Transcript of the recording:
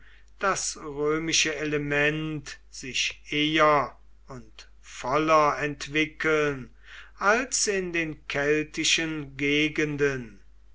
das römische element sich eher und voller entwickeln als in den keltischen gegenden